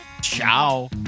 Ciao